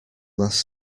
last